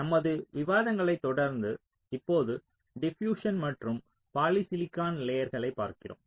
நமது விவாதங்களைத் தொடர்ந்து இப்போது டிபியூஸ்சன் மற்றும் பாலிசிலிகான் லேயர்களைப் பார்க்கிறோம்